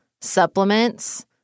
supplements